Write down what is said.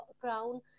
crown